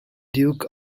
duke